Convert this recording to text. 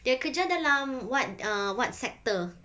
dia kerja dalam what err what sector